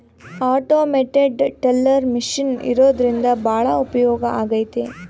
automated teller machine ಇರೋದ್ರಿಂದ ಭಾಳ ಉಪಯೋಗ ಆಗೈತೆ